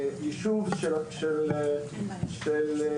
היישוב של הפריפריה,